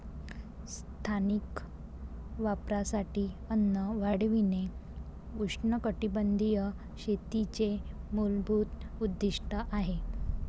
स्थानिक वापरासाठी अन्न वाढविणे उष्णकटिबंधीय शेतीचे मूलभूत उद्दीष्ट आहे